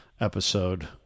episode